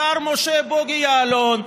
השר משה בוגי יעלון,